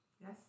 Yes